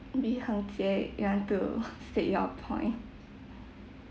maybe Hao-Jie you want to state your point